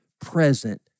present